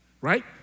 Right